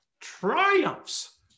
triumphs